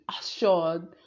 assured